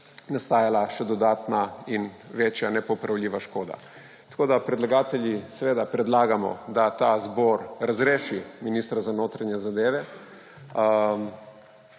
nastajala še dodatna in večja nepopravljiva škoda. Predlagatelji seveda predlagamo, da ta zbor razreši ministra za notranje zadeve